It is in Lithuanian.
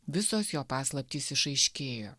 visos jo paslaptys išaiškėjo